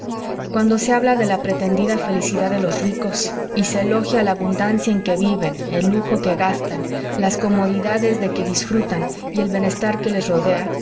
cuando se habla de la pretendida felicidad de los ricos y se elogia la abundancia en que viven el lujo que gastan las comodidades de que disfrutan y el bienestar que los rodea